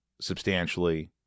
substantially